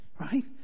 Right